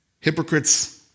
Hypocrites